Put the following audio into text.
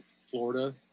Florida